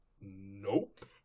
Nope